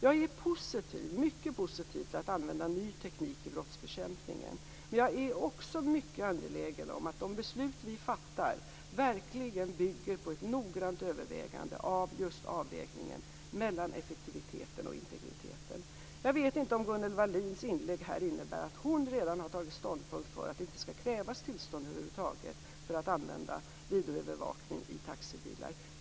Jag är mycket positiv till att använda ny teknik i brottsbekämpningen men jag är också mycket angelägen om att de beslut som vi fattar verkligen bygger på ett noggrant övervägande av just avvägningen mellan effektiviteten och integriteten. Jag vet inte om Gunnel Wallins inlägg här innebär att hon redan har tagit ståndpunkt för att det inte skall krävas tillstånd över huvud taget för att använda videoövervakning i taxibilar.